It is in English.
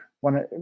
One